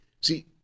See